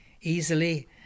easily